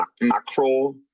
macro